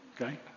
Okay